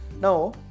Now